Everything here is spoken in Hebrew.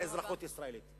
באזרחות ישראלית.